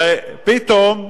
ופתאום,